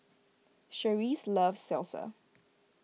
Cherise loves Salsa